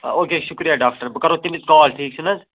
آ او کے شُکرِیہ ڈاکٹر صٲب بہٕ کَرو تَمہِ وِز کال ٹھیٖک چھُنہٕ حظ